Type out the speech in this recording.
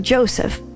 Joseph